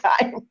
time